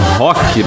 rock